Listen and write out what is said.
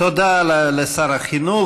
תודה לשר החינוך.